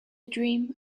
dream